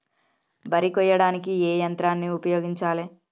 వరి కొయ్యడానికి ఏ యంత్రాన్ని ఉపయోగించాలే?